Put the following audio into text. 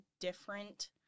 different